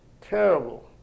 Terrible